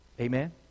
Amen